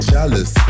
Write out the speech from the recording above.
Jealous